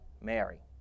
Mary